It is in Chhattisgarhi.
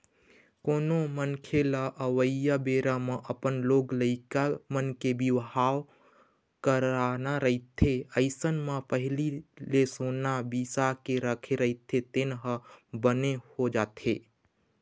कोनो मनखे लअवइया बेरा म अपन लोग लइका मन के बिहाव करना रहिथे अइसन म पहिली ले सोना बिसा के राखे रहिथे तेन ह बने हो जाथे